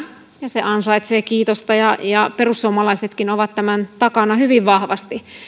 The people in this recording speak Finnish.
ja ansaitsee kiitosta perussuomalaisetkin ovat tämän takana hyvin vahvasti ei